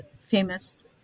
famous